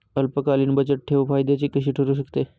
अल्पकालीन बचतठेव फायद्याची कशी ठरु शकते?